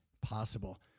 possible